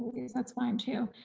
that's fine too.